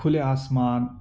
کھلے آسمان